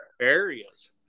areas